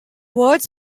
words